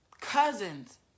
Cousins